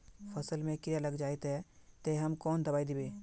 फसल में कीड़ा लग जाए ते, ते हम कौन दबाई दबे?